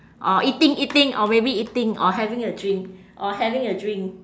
or eating eating or maybe eating or having a drink or having a drink